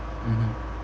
mmhmm